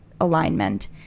alignment